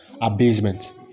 abasement